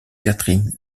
catherine